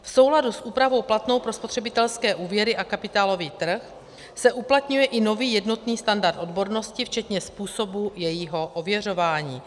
V souladu s úpravou platnou pro spotřebitelské úvěry a kapitálový trh se uplatňuje i nový jednotný standard odbornosti, včetně způsobů jejího ověřování.